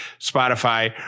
Spotify